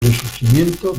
resurgimiento